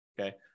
okay